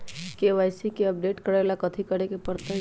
KYC के update करवावेला कथि करें के परतई?